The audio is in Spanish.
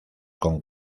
con